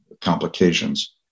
complications